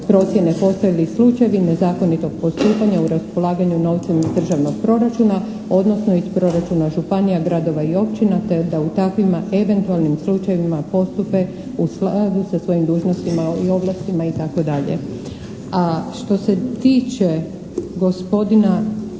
procijene postoje li slučajevi nezakonitog postupanja u raspolaganju novcem iz državnog proračuna odnosno iz proračuna županija, gradova i općina te da u takvima eventualnim slučajevima postupe u skladu sa svojim dužnostima i ovlastima itd. A što se tiče gospodina